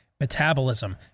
metabolism